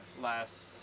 last